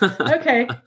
Okay